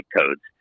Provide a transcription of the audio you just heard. codes